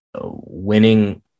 winning